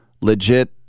legit